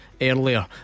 earlier